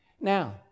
Now